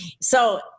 So-